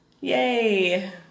Yay